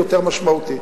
יותר משמעותי.